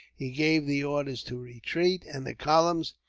he gave the orders to retreat and the columns,